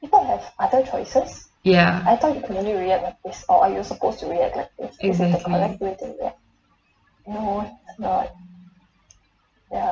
ya exactly